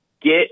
get